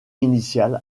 initial